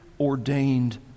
ordained